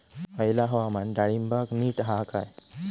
हयला हवामान डाळींबाक नीट हा काय?